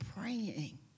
praying